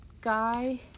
guy